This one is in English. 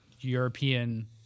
European